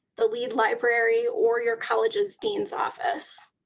the leed library or your college's dean's office.